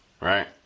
Right